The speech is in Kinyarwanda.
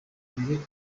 imbere